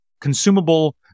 consumable